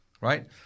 Right